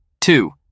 Two